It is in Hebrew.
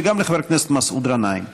וגם לחבר הכנסת מסעוד גנאים.